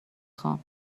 خوام